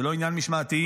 זה לא עניין משמעתי,